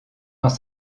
dans